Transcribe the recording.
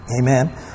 Amen